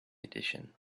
edition